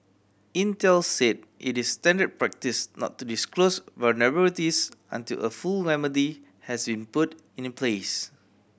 Intel said it is standard practice not to disclose vulnerabilities until a full remedy has been put in the place